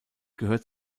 gehört